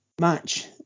match